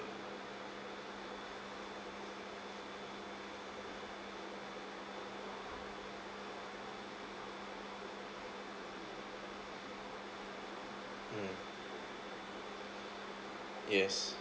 mm yes